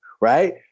right